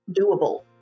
doable